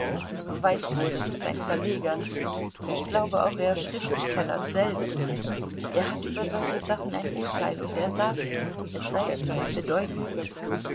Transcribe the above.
du weißt wohl das ist ein verleger ich glaube auch er schriftstellert selbst er hat über solche sachen ein urteil und er sagt es sei etwas bedeutendes